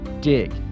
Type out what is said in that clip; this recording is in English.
dig